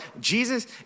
Jesus